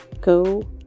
Go